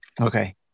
Okay